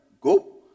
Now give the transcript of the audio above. Go